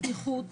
בטיחות.